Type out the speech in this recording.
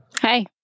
hey